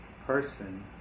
Person